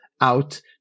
out